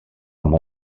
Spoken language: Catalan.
amb